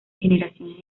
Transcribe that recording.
generaciones